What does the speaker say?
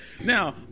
Now